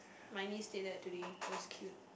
my niece did that today it was cute